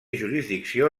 jurisdicció